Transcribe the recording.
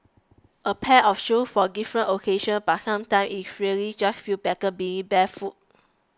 a pair of shoes for different occasions but sometimes it really just feels better being barefooted